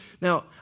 Now